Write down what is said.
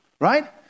right